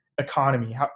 economy